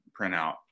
printout